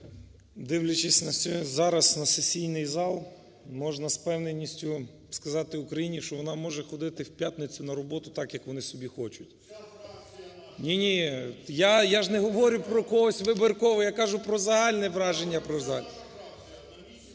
Дивлячись зараз на сесійний зал, можна з впевненістю сказати Україні, що вона може ходити в п'ятницю на роботу так, як вони собі хочуть. ЛЯШКО О.В. (Не чути) ПАРАСЮК В.З. Ні-ні, я ж не говорю про когось вибірково, я кажу про загальне враження.